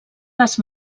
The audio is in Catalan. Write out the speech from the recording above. les